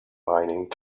mining